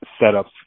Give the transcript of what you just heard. setups